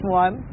one